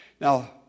Now